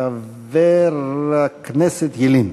חבר הכנסת ילין.